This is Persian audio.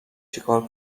چیکار